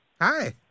Hi